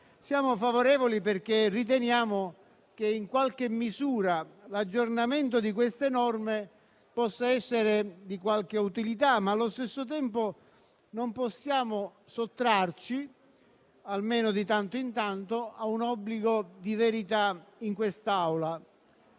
Siamo favorevoli perché riteniamo che, in qualche misura, l'aggiornamento di queste norme possa essere di qualche utilità, ma allo stesso tempo non possiamo sottrarci, almeno di tanto in tanto, a un obbligo di verità in quest'Aula.